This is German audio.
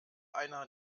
einer